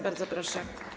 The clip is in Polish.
Bardzo proszę.